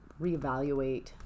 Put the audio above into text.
reevaluate